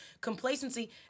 Complacency